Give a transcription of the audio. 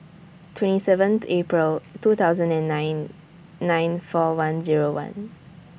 twenty seven April two thousand and nine nine four one Zero one